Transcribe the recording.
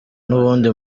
n’ubundi